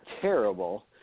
terrible